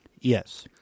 Yes